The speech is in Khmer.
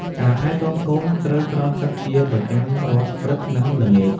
ការថែទាំកូន ត្រូវស្រោចទឹកជាប្រចាំរាល់ព្រឹក និងល្ងាច។